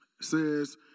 says